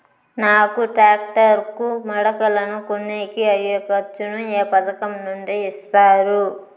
నాకు టాక్టర్ కు మడకలను కొనేకి అయ్యే ఖర్చు ను ఏ పథకం నుండి ఇస్తారు?